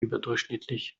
überdurchschnittlich